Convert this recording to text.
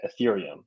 Ethereum